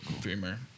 dreamer